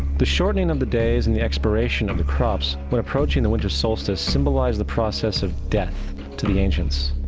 the shortening of the days and the expiration of the crops when approaching the winter solstice symbolized the process of death to the ancients.